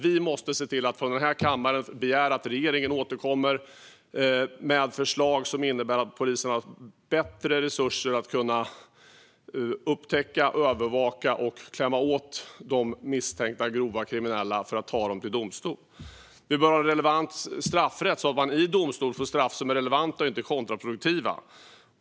Vi i den här kammaren måste se till att begära att regeringen återkommer med förslag som innebär att polisen får bättre resurser för att kunna upptäcka, övervaka och klämma åt de misstänkta grovt kriminella och ta dem till domstol. Vi bör ha en relevant straffrätt så att man i domstolen får straff som är relevanta och inte kontraproduktiva.